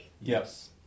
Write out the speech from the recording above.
Yes